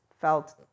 felt